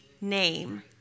name